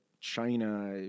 China